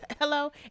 Hello